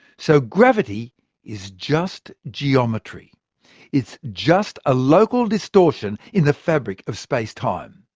so gravity is just geometry it's just a local distortion in the fabric of space-time.